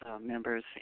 members